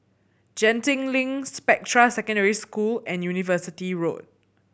Genting Link Spectra Secondary School and University Road